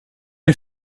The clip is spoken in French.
est